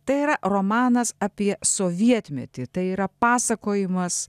tai yra romanas apie sovietmetį tai yra pasakojimas